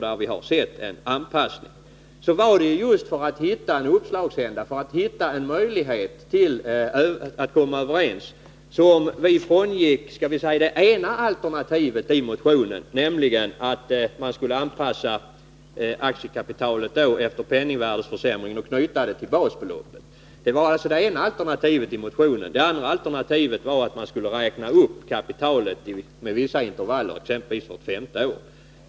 Det var just för att hitta en möjlighet att komma överens som vi frångick det ena alternativet i motionen, nämligen att man skulle anpassa aktiekapitalet efter penningvärdeförsämringen och knyta det till basbeloppet. Det andra alternativet var att man skulle räkna upp kapitalet med vissa intervaller, exempelvis vart femte år.